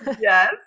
Yes